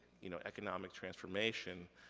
you know, economic transformation,